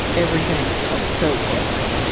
everything felt so chaotic.